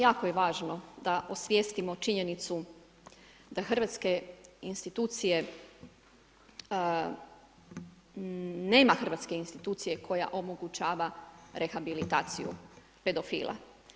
Jako je važno da osvijestimo činjenicu da hrvatske institucije nema hrvatske institucije, koja omogućava rehabilitaciju pedofila.